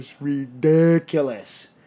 ridiculous